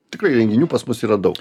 tikrai renginių pas mus yra daug